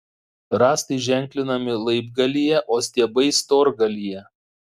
rąstai ženklinami laibgalyje o stiebai storgalyje